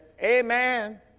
amen